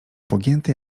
pogięty